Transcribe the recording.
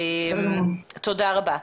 תודה רבה.